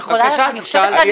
בבקשה, תשאל.